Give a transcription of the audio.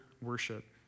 worship